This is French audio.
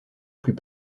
plus